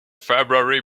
february